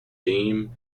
dame